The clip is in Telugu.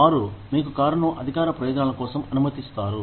వారు మీకు కారును అధికార ప్రయోజనాల కోసం అనుమతిస్తారు